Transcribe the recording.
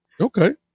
okay